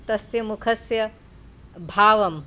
तस्य मुखस्य भावम्